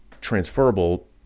transferable